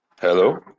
Hello